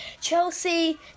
Chelsea